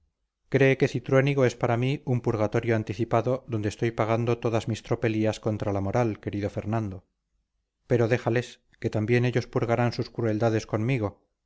cree que cintruénigo es para mí un purgatorio anticipado donde estoy pagando todas mis tropelías contra la moral querido fernando pero déjales que también ellos purgarán sus crueldades conmigo